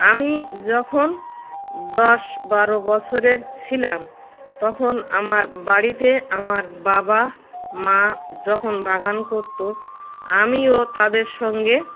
আমি যখন দশ বারো বছরের ছিলাম তখন আমার বাড়িতে আমার বাবা মা যখন বাগান করত আমিও তাদের সঙ্গে